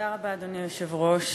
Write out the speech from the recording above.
אדוני היושב-ראש,